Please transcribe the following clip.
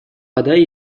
подай